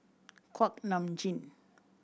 Kuak Nam Jin